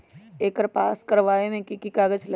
एकर पास करवावे मे की की कागज लगी?